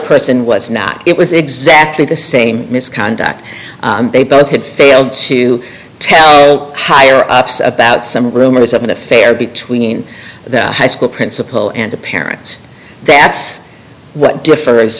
person was not it was exactly the same misconduct they both had failed to tell how they are upset about some rumors of an affair between high school principal and the parents that's what defers